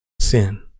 sin